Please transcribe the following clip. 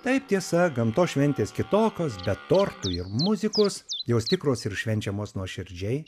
taip tiesa gamtos šventės kitokios be tortų ir muzikos jos tikros ir švenčiamos nuoširdžiai